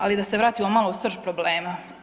Ali da se vratimo malo u srž problema.